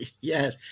Yes